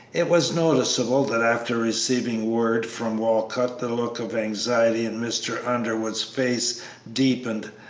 it was noticeable that after receiving word from walcott the look of anxiety in mr. underwood's face deepened,